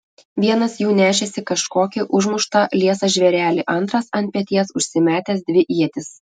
vienas jų nešėsi kažkokį užmuštą liesą žvėrelį antras ant peties užsimetęs dvi ietis